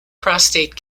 prostate